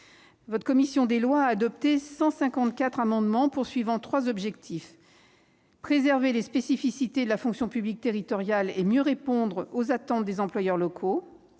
La commission des lois a adopté 154 amendements visant trois objectifs : tout d'abord, préserver les spécificités de la fonction publique territoriale et mieux répondre aux attentes des employeurs locaux